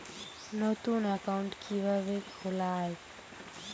নতুন একাউন্ট কিভাবে খোলা য়ায়?